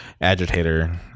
agitator